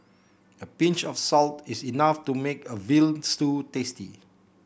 a pinch of salt is enough to make a veal stew tasty